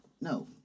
no